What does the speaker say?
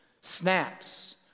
snaps